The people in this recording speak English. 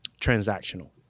transactional